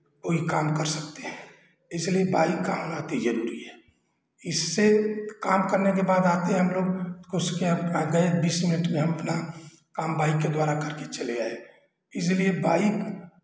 कोई काम कर सकते हैं इसलिए बाइक का होना अति जरूरी है इससे काम करने के बाद आते हैं हम लोग तो उसके यहाँ गए बीस मिनट में हम अपना काम बाइक के द्वारा करके चले आए इसलिए बाइक